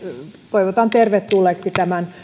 toivotan tervetulleeksi tämän